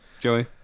Joey